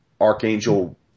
Archangel